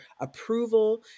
approval